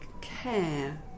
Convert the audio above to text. care